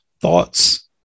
thoughts